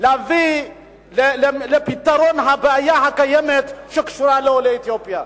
להביא לפתרון הבעיה הקיימת שקשורה לעולי אתיופיה.